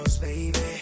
baby